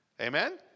Amen